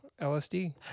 LSD